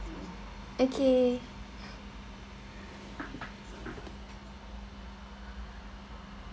okay